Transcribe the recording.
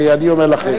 אני אומר לכם,